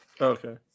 Okay